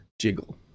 Jiggle